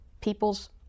people's